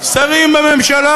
שרים בממשלה.